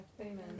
amen